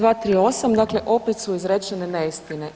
238., dakle, opet su izrečene neistine.